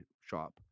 shop